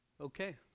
Okay